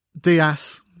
Diaz